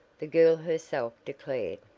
the girl herself declared.